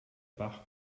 bach